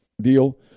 deal